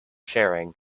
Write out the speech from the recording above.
sharing